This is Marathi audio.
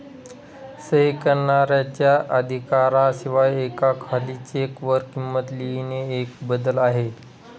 सही करणाऱ्याच्या अधिकारा शिवाय एका खाली चेक वर किंमत लिहिणे एक बदल आहे